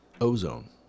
ozone